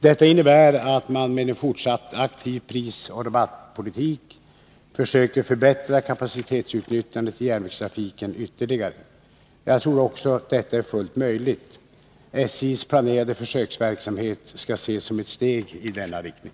Detta innebär att man med en fortsatt aktiv prisoch rabattpolitik försöker förbättra kapacitetsutnyttjandet i järnvägstrafiken ytterligare. Jag tror också att detta är fullt möjligt. SJ:s planerade försöksverksamhet skall ses som ett steg i denna riktning.